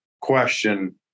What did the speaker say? question